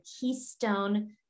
Keystone